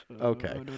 Okay